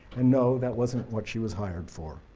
and no, that wasn't what she was hired for.